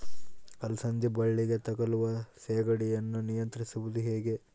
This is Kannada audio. ಅಲಸಂದಿ ಬಳ್ಳಿಗೆ ತಗುಲುವ ಸೇಗಡಿ ಯನ್ನು ನಿಯಂತ್ರಿಸುವುದು ಹೇಗೆ?